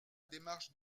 démarche